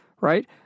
right